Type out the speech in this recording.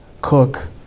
cook